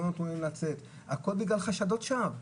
לא נתנו להם לצאת והכול בגלל חשדות שווא.